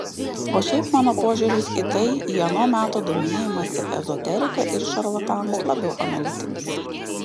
o šiaip mano požiūris į tai į ano meto domėjimąsi ezoterika ir šarlatanais labiau analitinis